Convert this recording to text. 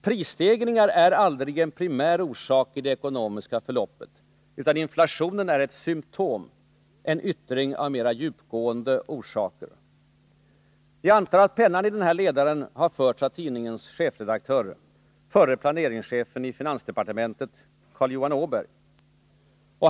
”Prisstegringar är aldrig en primär orsak i det ekonomiska förloppet — utan inflationen är ett symptom, en yttring av mera djupliggande orsaker.” Jag antar att pennan i den här ledaren har förts av tidningens chefredaktör, förre planeringschefen i finansdepartementet Carl Johan Åberg.